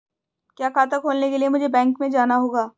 क्या खाता खोलने के लिए मुझे बैंक में जाना होगा?